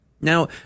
Now